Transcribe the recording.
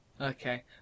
Okay